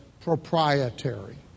proprietary